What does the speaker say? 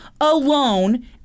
alone